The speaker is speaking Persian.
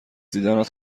دیدنت